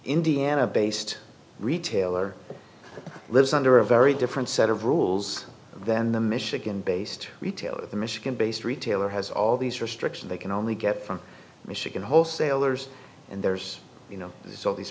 indiana based retailer lives under a very different set of rules than the michigan based retailer the michigan based retailer has all these restrictions they can only get from michigan wholesalers and there's you know there's all these